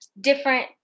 different